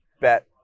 bet